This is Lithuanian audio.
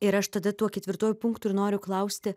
ir aš tada tuo ketvirtuoju punktu ir noriu klausti